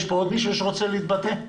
יש פה עוד מישהו שרוצה להתבטא?